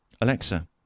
Alexa